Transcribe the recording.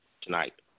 tonight